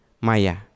Maya